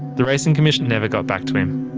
the racing commission never got back to him.